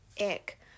ick